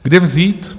Kde vzít?